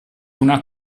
una